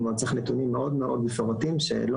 זה גם מצריך נתונים מאוד מאוד מפורטים שלא